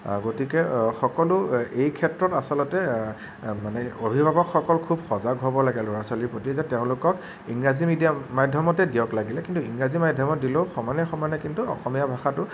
গতিকে সকলো এইক্ষেত্ৰত আচলতে মানে অভিভাৱকসকল খুব সজাগ হ'ব লাগে ল'ৰা ছোৱালীৰ প্ৰতি যে তেওঁলোকক ইংৰাজী মিডিয়াম মাধ্যমতে দিয়ক লাগিলে কিন্তু ইংৰাজী মাধ্যমত দিলেও সমানে সমানে কিন্তু অসমীয়া ভাষাটো